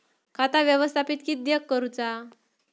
खाता व्यवस्थापित किद्यक करुचा?